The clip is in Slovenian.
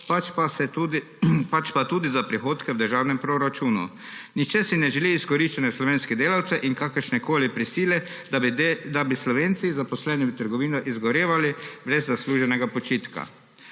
pač pa tudi za prihodke v državnem proračunu. Nihče si ne želi izkoriščanja slovenskih delavcev in kakršnekoli prisile, da bi Slovenci, zaposleni v trgovinah, izgorevali brez zasluženega počitka.